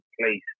place